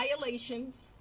violations